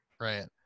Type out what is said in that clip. Right